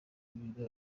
ibintu